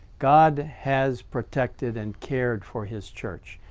god has protected and cared for his church.